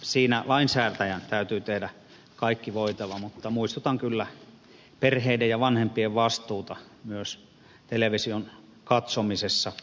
siinä lainsäätäjän täytyy tehdä kaikki voitava mutta muistutan kyllä perheiden ja vanhempien vastuusta myös television katsomisessa